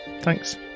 thanks